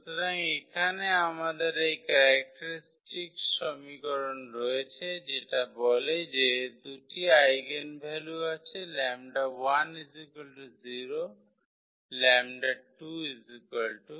সুতরাং এখানে আমাদের এই ক্যারেক্টারিস্টিক সমীকরণ রয়েছে যেটা বলে যে দুটি আইগেনভ্যালু আছে 𝜆1 0 𝜆2 3